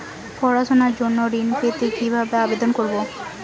পড়াশুনা জন্য ঋণ পেতে কিভাবে আবেদন করব?